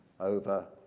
over